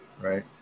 Right